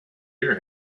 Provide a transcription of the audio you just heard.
hear